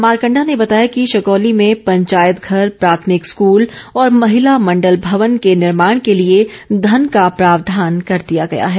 मारकंडा ने बताया कि शकौली में पंचायत घर प्राथमिक स्कूल और महिला मंडल भवन के निर्माण के लिए धन का प्रावधान कर दिया गया है